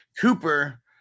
Cooper